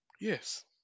yes